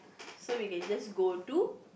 so we can just go to